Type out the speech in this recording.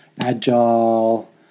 agile